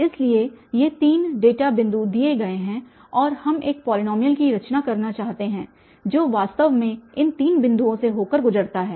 इसलिए ये 3 डेटा बिंदु दिए गए हैं और हम एक पॉलीनॉमियल की रचना करना चाहते हैं जो वास्तव में इन 3 बिंदुओं से होकर गुजरता है